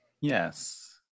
yes